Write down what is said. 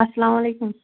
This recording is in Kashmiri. اسلام علیکُم